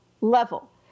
level